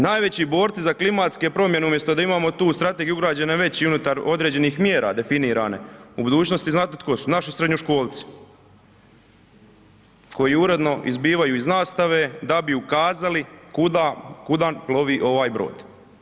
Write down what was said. Najveći borci za klimatske promjene, umjesto da imamo tu strategiju ugrađene već i unutar određenih mjera definirane u budućnosti, znate tko su, naši srednjoškolci, koji uredno izbivaju iz nastave da bi ukazali kuda plovi ovaj brod.